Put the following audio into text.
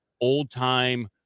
old-time